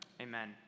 Amen